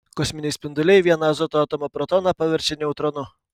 kosminiai spinduliai vieną azoto atomo protoną paverčia neutronu